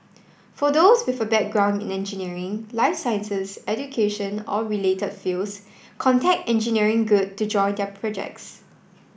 for those with a background in engineering life sciences education or related fields contact Engineering Good to join their projects